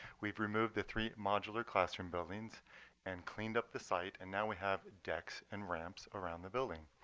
we've removed the three modular classroom buildings and cleaned up the site. and now we have desks and ramps around the building.